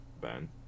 Ben